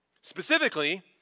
Specifically